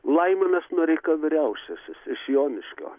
laimonas noreika vyriausiasis iš joniškio